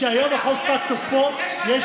כשהיום פג תוקפו של החוק,